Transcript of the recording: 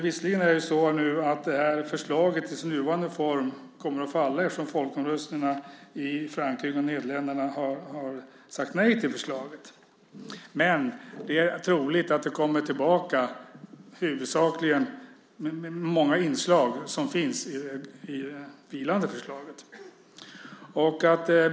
Visserligen är det nu så att förslaget i dess nuvarande form kommer att falla eftersom man i folkomröstningarna i Frankrike och Nederländerna har sagt nej till förslaget. Men det är troligt att det kommer tillbaka, huvudsakligen med många inslag som finns i det vilande förslaget.